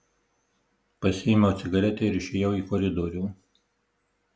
pasiėmiau cigaretę ir išėjau į koridorių